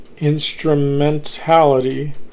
instrumentality